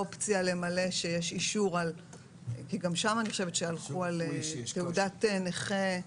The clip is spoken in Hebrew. אופציה למלא שיש אישור כי גם שם אני חושבת שהלכו על תעודת נכה.